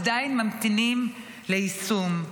עדיין ממתינים ליישום.